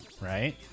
right